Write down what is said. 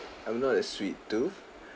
I'm not a sweet tooth